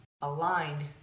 aligned